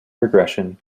regression